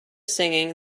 singing